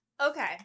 Okay